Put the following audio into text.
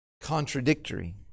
contradictory